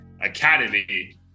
Academy